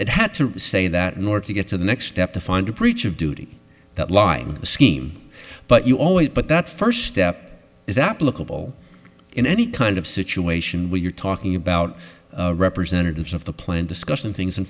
it had to say that in order to get to the next step to find a breach of duty that lying scheme but you always but that first step is applicable in any kind of situation where you're talking about representatives of the plant discussing things in